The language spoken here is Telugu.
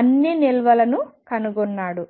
అన్ని నిల్వలను కనుగొన్నాడు